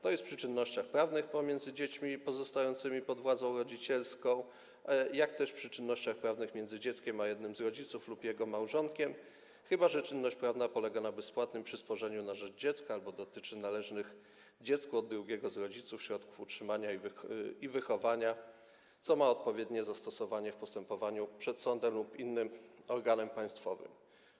To jest przy czynnościach prawnych pomiędzy dziećmi pozostającymi pod władzą rodzicielską, jak też przy czynnościach prawnych między dzieckiem a jednym z rodziców lub jego małżonkiem, chyba że czynność prawna polega na bezpłatnym przysporzeniu na rzecz dziecka albo dotyczy należnych dziecku od drugiego z rodziców środków utrzymania i wychowania, co ma odpowiednie zastosowanie w postępowaniu przed sądem lub innym organem państwowym.